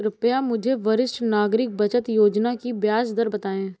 कृपया मुझे वरिष्ठ नागरिक बचत योजना की ब्याज दर बताएं?